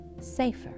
safer